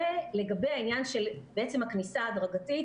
לגבי העניין של הכניסה ההדרגתית,